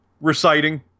Reciting